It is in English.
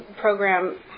program